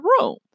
room